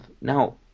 Now